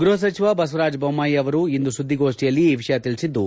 ಗೃಹ ಸಚಿವ ಬಸವರಾಜ ಬೊಮ್ಮಾಯಿ ಅವರು ಇಂದು ಸುದ್ದಿಗೋಷ್ಠಿಯಲ್ಲಿ ಈ ವಿಷಯ ತಿಳಿಸಿದ್ದು